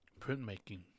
printmaking